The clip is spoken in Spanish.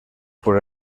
por